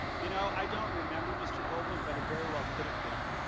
you know i don't remember mr. goldman but very well could have been.